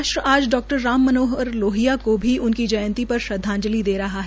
राष्ट् आज डॉ राम मनोहर लोहिया को भी उनकी जयंती पर श्रदवाजलि दे रहा है